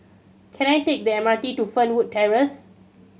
can I take the M R T to Fernwood Terrace